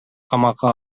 камакка